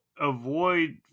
avoid